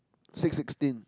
six sixteen